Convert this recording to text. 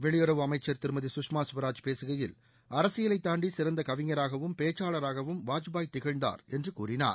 வெளியுறவு அமைச்சர் திருமதி சுஷ்மா சுவராஜ் பேசுகையில் அரசியலை தாண்டி சிறந்த கவிஞராகவும் பேச்சாளராகவும் வாஜ்பாய் திகழ்ந்தார் என்று கூறினார்